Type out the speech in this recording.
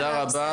תודה רבה.